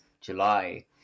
July